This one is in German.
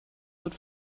wird